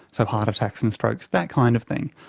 so heart attacks and strokes, that kind of thing.